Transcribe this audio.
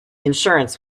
insurance